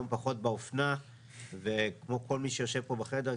פחות באופנה וכמו כל מי שיושב פה בחדר,